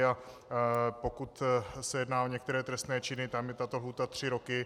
A pokud se jedná o některé trestné činy, tam je tato lhůta tři roky.